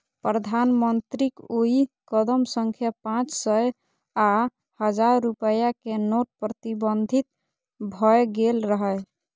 प्रधानमंत्रीक ओइ कदम सं पांच सय आ हजार रुपैया के नोट प्रतिबंधित भए गेल रहै